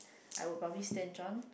I will probably stinge on